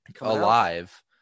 alive